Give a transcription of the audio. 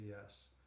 yes